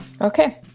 Okay